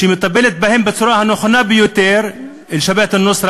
מטפלים בצורה הנכונה ביותר ב"ג'בהת א-נוסרה",